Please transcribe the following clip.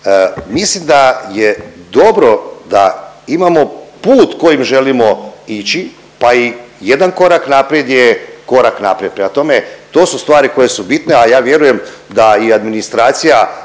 Mislim da je dobro da imamo put kojim želimo ići, pa i jedan korak naprijed je korak naprijed, prema tome, to su stvari koje su bitne, a ja vjerujem da i administracija